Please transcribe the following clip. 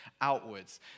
outwards